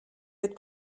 être